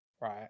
right